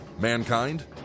mankind